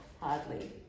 Hardly